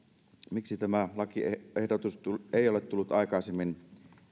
miksi tämä lakiehdotus ei ole tullut aikaisemmin